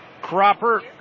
Cropper